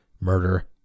murder